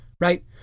Right